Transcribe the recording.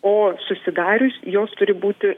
o susidarius jos turi būti